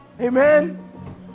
Amen